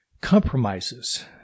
compromises